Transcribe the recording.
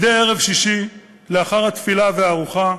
מדי ערב שבת, לאחר התפילה והארוחה,